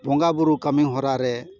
ᱵᱚᱸᱜᱟ ᱵᱳᱨᱳ ᱠᱟᱹᱢᱤ ᱦᱚᱨᱟ ᱨᱮ